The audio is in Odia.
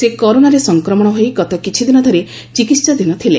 ସେ କରୋନାରେ ସଂକ୍ରମଶ ହୋଇ ଗତ କିଛିଦିନ ଧରି ଚିକିହାଧୀନ ଥଲେ